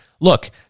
look